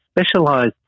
specialized